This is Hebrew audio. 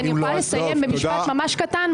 אני יכולה לסיים במשפט קטן.